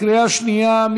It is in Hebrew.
קריאה שנייה.